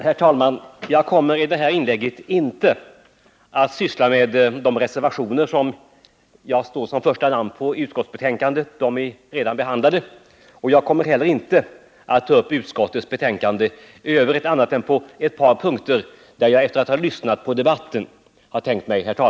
Herr talman! Jag kommer i det här inlägget inte att beröra de reservationer i utskottsbetänkandet bakom vilka jag står som första namn. De är redan behandlade. Jag kommer inte heller att ta upp utskottets betänkande i övrigt annat än på ett par punkter där jag, efter att ha lyssnat på debatten, tänker säga några ord.